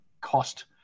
cost